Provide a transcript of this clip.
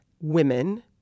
women